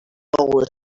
all